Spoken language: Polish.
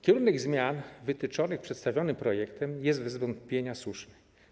Kierunek zmian wytyczonych w przedstawionym projekcie jest bez wątpienia słuszny.